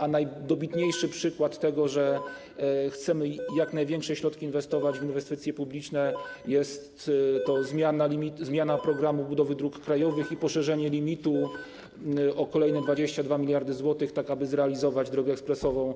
A najdobitniejszym przykładem tego, że chcemy jak największe środki inwestować w inwestycje publiczne, jest zmiana programu budowy dróg krajowych i poszerzenie limitu o kolejne 22 mld zł, tak aby zrealizować drogę ekspresową